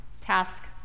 Task